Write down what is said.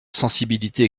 sensibilité